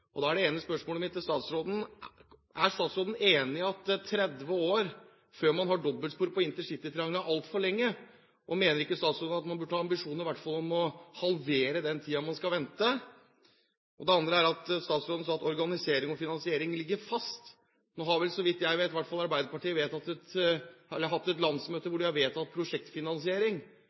Da er det ene spørsmålet mitt til statsråden: Er statsråden enig i at 30 år før man har dobbeltspor på intercitytriangelet er altfor lenge? Mener ikke statsråden at man burde ha ambisjon om i hvert fall å halvere den ventetiden? For det andre sa statsråden at organisering og finansiering ligger fast. Nå har, så vidt jeg vet i hvert fall, Arbeiderpartiet hatt et landsmøte hvor de har vedtatt å få på plass prosjektfinansiering.